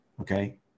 Okay